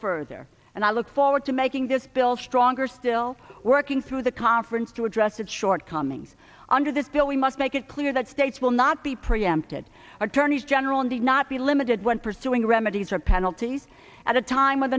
further and i look forward to making this bill stronger still working through the conference to address it shortcomings under this bill we must make it clear that states will not be preempted attorneys general and they not be limited when pursuing remedies or penalties at a time